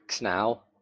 now